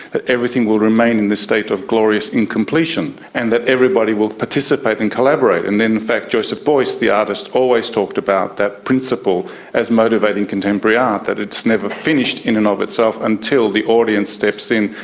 that everything will remain in this state of glorious incompletion, and that everybody will participate and collaborate. and in fact joseph beuys, the artist, always talked about that principle as motivating contemporary art, that it is never finished in and of itself until the audience steps in,